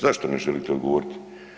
Zašto ne želite odgovoriti?